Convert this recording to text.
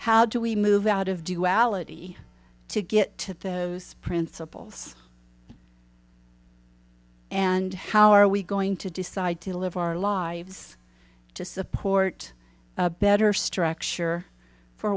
how do we move out of duality to get to those principles and how are we going to decide to live our lives to support a better structure for